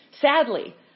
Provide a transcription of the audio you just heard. sadly